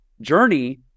journey